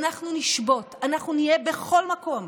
אנחנו נשבות, אנחנו נהיה בכל מקום,